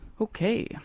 Okay